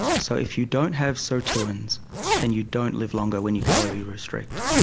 so if you don't have sirtuins then you don't live longer when you calorie restrict.